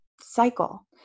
cycle